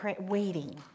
waiting